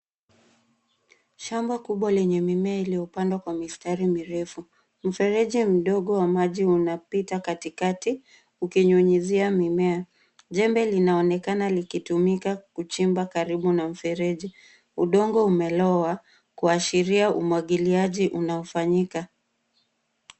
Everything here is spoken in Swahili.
Shamba kubwa lenye mimea iliyopandwa kwa mstari mrefu. Mfereji mdogo wa maji unapita katikati ukinyunyizia mimea. Jembe linaonekana likitumika kuchimba karibu na mfereji. Udongo umelowa kuashiria umwagiliaji unaofanyika.